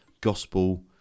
gospel